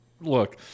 look